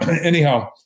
Anyhow